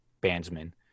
bandsmen